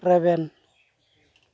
ᱨᱮᱵᱮᱱ